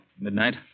Midnight